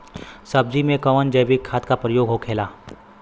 सब्जी में कवन जैविक खाद का प्रयोग होखेला?